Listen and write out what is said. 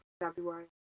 February